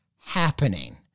happening